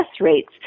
rates